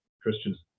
Christians